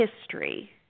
history